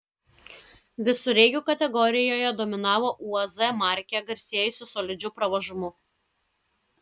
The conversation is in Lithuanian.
visureigių kategorijoje dominavo uaz markė garsėjusi solidžiu pravažumu